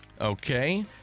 Okay